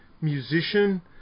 musician